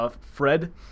Fred